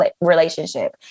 relationship